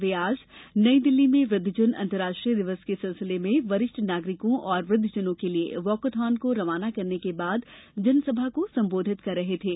वे आज नई दिल्ली में वृद्वजन अंतर्राष्ट्रीय दिवस के सिलसिले में वरिष्ठ नागरिकों और वृद्वजनों के लिए वाकाथॉन को रवाना करने के बाद जनसभा को संबोधित कर रहे थे